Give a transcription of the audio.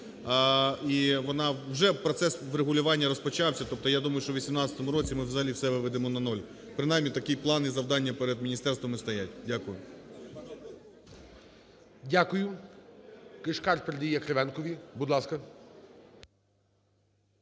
Вже процес врегулювання розпочався, тобто я думаю, що у 18 році ми взагалі все виведемо на нуль, принаймні такі плани і завдання перед міністерством і стоять. Дякую. ГОЛОВУЮЧИЙ. Дякую. Кишкарпередає Кривенкові. Будь ласка.